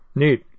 neat